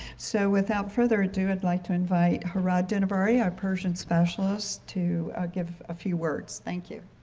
so, without further ado, i'd like to invite hirad dinavari, our persian specialist to give a few words. thank you.